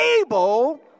able